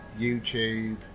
YouTube